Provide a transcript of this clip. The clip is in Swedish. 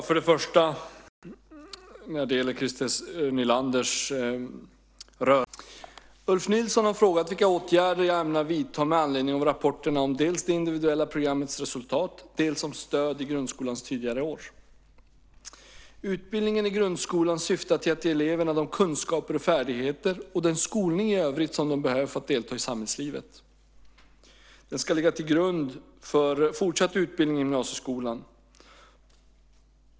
Fru talman! Ulf Nilsson har frågat vilka åtgärder jag ämnar vidta med anledning av rapporterna om dels det individuella programmets resultat, dels om stöd i grundskolans tidigare år. Utbildningen i grundskolan syftar till att ge eleverna de kunskaper och färdigheter och den skolning i övrigt som de behöver för att delta i samhällslivet. Den ska ligga till grund för fortsatt utbildning i gymnasieskolan.